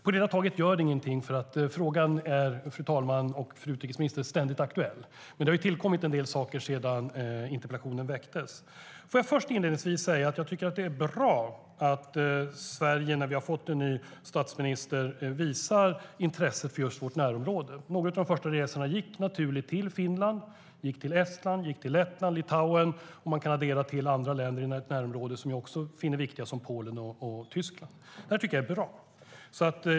På det hela taget gör det ingenting därför att frågan är ständigt aktuell, men det har tillkommit en del saker sedan interpellationen väcktes. Låt mig inledningsvis säga att jag tycker att det är bra att vår nye statsminister, och därmed Sverige, visar ett intresse för just vårt närområde. De första resorna gick till Finland, Estland, Lettland och Litauen. Andra länder i vårt närområde som vi finner viktiga, till exempel Polen och Tyskland, kan adderas. Det är bra.